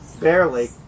Barely